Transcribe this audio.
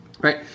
Right